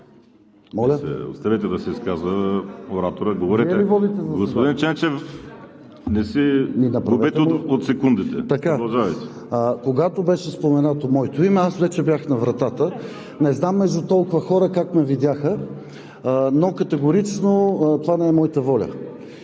ораторът да се изказва. Говорете, господин Ченчев, не си губете от секундите! Продължавайте! ИВАН ЧЕНЧЕВ: Когато беше споменато моето име, аз вече бях на вратата. Не знам между толкова хора как ме видяха, но категорично това не е моята воля.